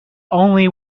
only